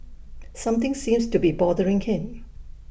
something seems to be bothering him